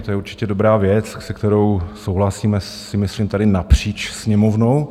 To je určitě dobrá věc, se kterou souhlasíme, myslím si, tady napříč Sněmovnou.